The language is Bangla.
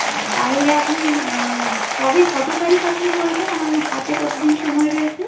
হ্যাঁ তাহলে আপনি কবে কতো তারিখ আপনি বলছেন আমার হাতে কতদিন সময় রয়েছে